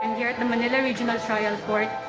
and here at the manila regional trial court,